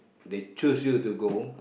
they choose you to go